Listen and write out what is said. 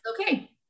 okay